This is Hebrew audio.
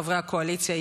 חברי הקואליציה,